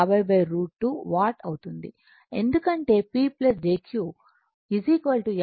ఎందుకంటే P jQ 50 √ 2 j 50 √ 2